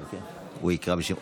הוא יקרא בשמות.